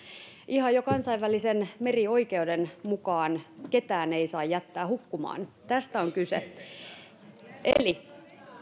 ihan jo kansainvälisen merioikeuden mukaan ketään ei saa jättää hukkumaan tästä on kyse